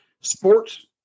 sports